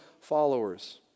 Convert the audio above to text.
followers